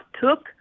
took